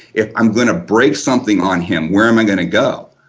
if i'm going to break something on him where am i going to go?